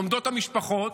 עומדות המשפחות,